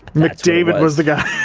mcdavid was the guy,